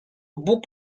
bóg